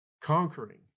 conquering